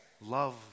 love